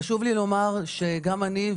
חשוב לי לומר שגם אני,